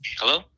Hello